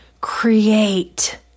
create